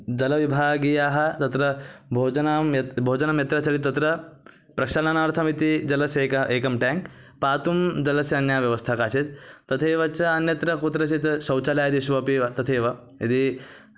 जलविभागीयाः तत्र भोजनं यत् भोजनं यत्र चलति तत्र प्रक्षालनार्थमिति जलस्य एका एकं टेङ्क् पातुं जलस्य अन्या व्यवस्था काचित् तथैव च अन्यत्र कुत्रचित् शौचालयादिषु अपि तथैव यदि